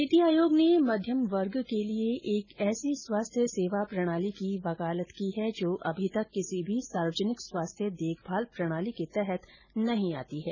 नीति आयोग ने मध्यम वर्ग के लिए एक ऐसी स्वास्थ्य सेवा प्रणाली की वकालत की है जो अभी तक किसी भी सार्वजनिक स्वास्थ्य देखभाल प्रणाली के तहत नहीं आती है